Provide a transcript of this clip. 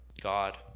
God